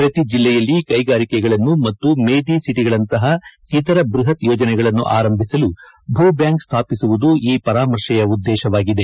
ಪ್ರತಿ ಜಿಲ್ಲೆಯಲ್ಲಿ ಕೈಗಾರಿಕೆಗಳನ್ನು ಮತ್ತು ಮೇದಿ ಸಿಟಗಳಂತಹ ಇತರ ಬೃಹತ್ ಯೋಜನೆಗಳನ್ನು ಆರಂಭಿಸಲು ಭೂ ಬ್ಲಾಂಕ್ ಸ್ಥಾಪಿಸುವುದು ಈ ಪರಾಮರ್ಶೆಯ ಉದ್ಲೇಶವಾಗಿದೆ